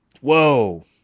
Whoa